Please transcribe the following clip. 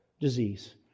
disease